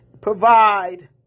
provide